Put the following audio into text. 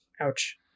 Ouch